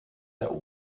der